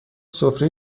سفره